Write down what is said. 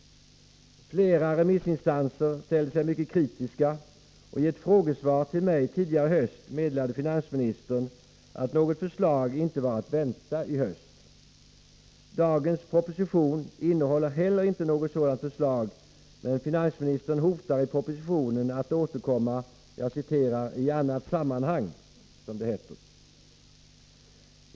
Flera remissinstanser ställde sig mycket kritiska, och i ett frågesvar till mig tidigare i höst meddelade finansministern att något förslag inte var att vänta i höst. Dagens proposition innehåller heller inte något sådant förslag, men finansministern hotar i propositionen att återkomma ”i annat sammanhang”, som det heter.